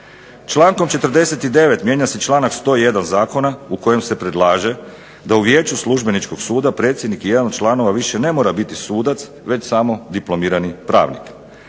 Člankom 49. mijenja se članak 101. zakona u kojem se predlaže da u Vijeću Službeničkog suda predsjednik i jedan od članova više ne mora biti sudac već samo diplomirani pravnik.